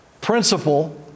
principle